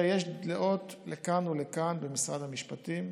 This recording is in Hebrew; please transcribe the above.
יש דעות לכאן ולכאן במשרד המשפטים.